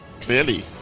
Clearly